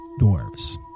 dwarves